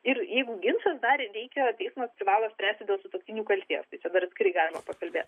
ir jeigu ginčas dar reikia teismas privalo spręsti dėl sutuoktinių kaltės tai čia dar atskirai galima pakalbėt